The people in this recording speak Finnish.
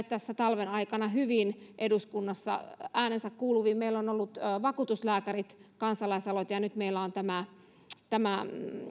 tässä talven aikana hyvin äänensä kuuluviin eduskunnassa meillä on ollut vakuutuslääkärit kansalaisaloite ja nyt meillä on tämä tämä